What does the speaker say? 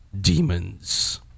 demons